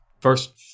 first